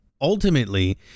Ultimately